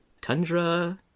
Tundra